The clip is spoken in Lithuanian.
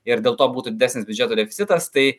ir dėl to būtų didesnis biudžeto deficitas tai